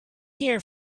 here